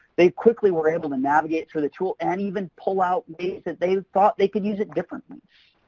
they quickly were able to navigate through the tool and even pull out ways that they thought they could use it differently.